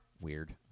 weird